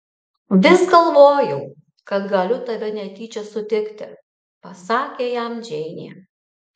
vis galvojau kad galiu tave netyčia sutikti pasakė jam džeinė